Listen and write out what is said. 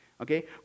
Okay